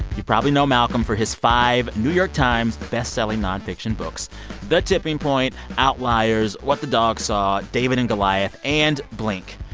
you probably know malcolm for his five new york times bestselling nonfiction books the tipping point, outliers, what the dog saw, david and goliath and blink.